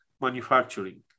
manufacturing